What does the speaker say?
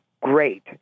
great